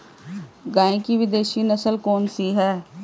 गाय की विदेशी नस्ल कौन सी है?